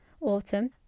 autumn